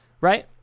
Right